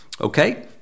Okay